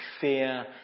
fear